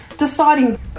Deciding